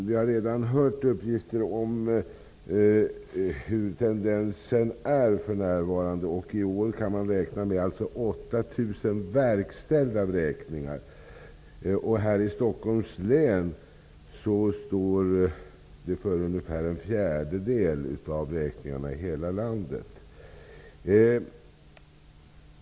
Vi har redan hört uppgifter om hur tendensen är för närvarande. I år kan man alltså räkna med 8 000 verkställda vräkningar. Stockholms län står för ungefär en fjärdedel av vräkningarna i hela landet.